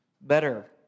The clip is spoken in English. better